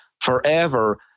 forever